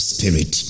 Spirit